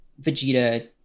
Vegeta